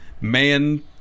Man